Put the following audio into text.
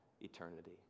eternity